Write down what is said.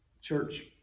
Church